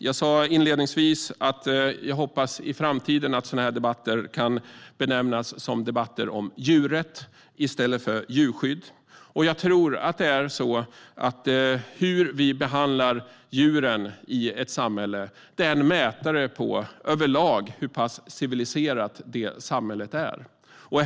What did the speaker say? Jag sa inledningsvis att jag hoppas att sådana här debatter kan benämnas som debatter om djurrätt i stället för djurskydd. Jag tror att hur vi behandlar djuren i ett samhälle är en mätare på - överlag - hur civiliserat det samhället är.